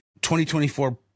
2024